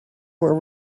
were